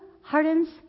hardens